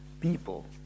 people